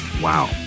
Wow